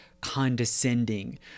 condescending